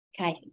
Okay